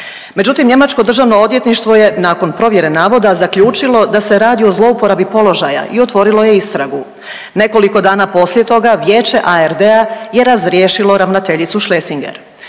Međutim, njemačko državno odvjetništvo je nakon provjere navoda zaključilo da se radi o zlouporabi položaja i otvorilo je istragu. Nekoliko dana poslije toga vijeće ARD-a je razriješilo ravnateljicu Schlesinger.